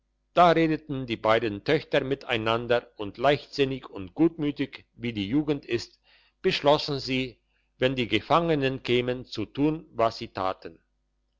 da redeten die beiden töchter miteinander und leichtsinnig und gutmütig wie die jugend ist beschlossen sie wenn die gefangenen kämen zu tun was sie taten